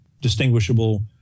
distinguishable